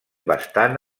bastant